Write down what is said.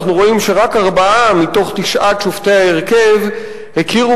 אנחנו רואים שרק ארבעה מתוך תשעת שופטי ההרכב הכירו